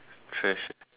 trash eh